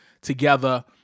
together